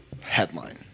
headline